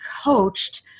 coached